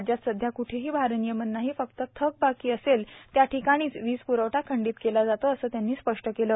राज्यात सध्या क्ठेही भारनियमन नाही फक्त थकबाकी असेल त्या ठिकाणीच वीज प्रवठा खंडित केला जातो असं त्यांनी स्पष्ट केलं